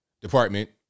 Department